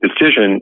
decision